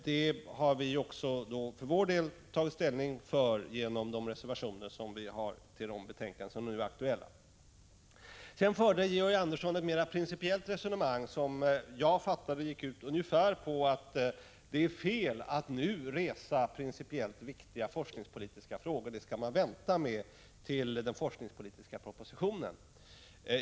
Det har vi för vår del tagit ställning för i de reservationer som vi avgivit till de betänkanden som nu är aktuella. Sedan förde Georg Andersson ett mera principiellt resonemang som jag fattade gick ut ungefär på att det är fel att nu resa principiellt viktiga forskningspolitiska frågor — det skall man vänta med till den forskningspolitiska propositionen.